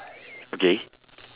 okay